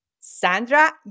Sandra